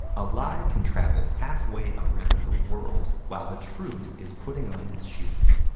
a lie can travel halfway around the world while the truth is putting on its shoes.